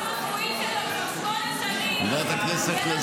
אז אני אומרת לך --- יש ראש ממשלה שלא מביא